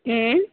हूँ